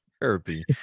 therapy